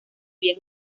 bien